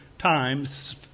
times